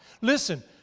Listen